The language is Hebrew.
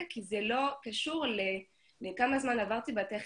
כי זה לא קשור לכמה זמן עברתי בטכניון,